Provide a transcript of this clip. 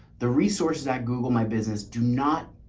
the resources that google my business do not.